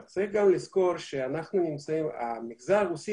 צריך גם לזכור שהמגזר הרוסי,